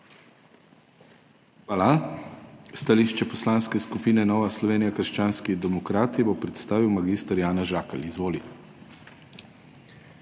Hvala. Stališče Poslanske skupine Nova Slovenija – krščanski demokrati bo predstavil mag. Janez Žakelj. Izvoli.